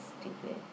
stupid